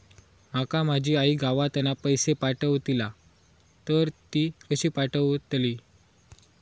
माका माझी आई गावातना पैसे पाठवतीला तर ती कशी पाठवतली?